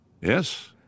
Yes